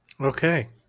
Okay